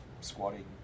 squatting